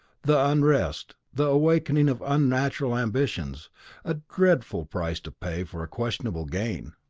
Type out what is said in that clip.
the unrest, the awakening of unnatural ambitions a dreadful price to pay for a questionable gain.